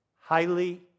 highly